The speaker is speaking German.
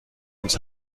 uns